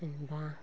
जेनोबा